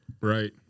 Right